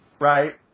Right